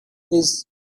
his